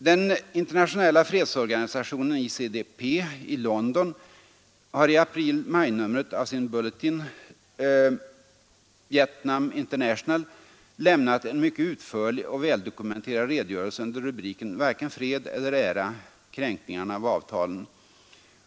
Den internationella fredsorganisationen ICDP i London har i april— maj-numret av sin bulletin Vietnam International lämnat en mycket utförlig och väldokumenterad redogörelse under rubriken ”Varken fred eller ära — Kränkningarna av avtalen”.